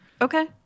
okay